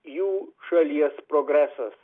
jų šalies progresas